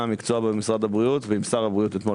המקצוע במשרד הבריאות ועם שר הבריאות אמש.